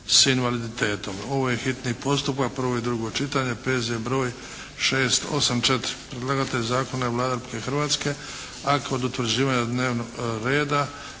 s invaliditetom, hitni postupak, prvo i drugo čitanje, P.Z. br. 684 Predlagatelj zakona je Vlada Republike Hrvatske a kod utvrđivanja dnevnog reda